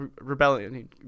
rebellion